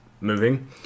moving